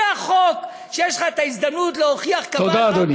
זה החוק שבו יש לך הזדמנות להוכיח, תודה, אדוני.